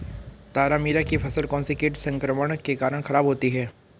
तारामीरा की फसल कौनसे कीट संक्रमण के कारण खराब होती है?